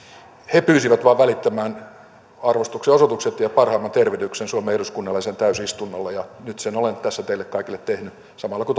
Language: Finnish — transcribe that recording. he pyysivät välittämään arvostuksen osoitukset ja parhaimmat tervehdyksensä suomen eduskunnalle sen täysistunnolle nyt sen olen tässä teille kaikille tehnyt samalla kun